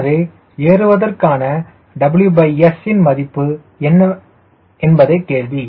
எனவே ஏறுவதற்கான WS வின் மதிப்பு என்ன என்பதே கேள்வி